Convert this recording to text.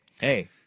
hey